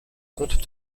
compte